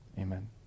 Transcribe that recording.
Amen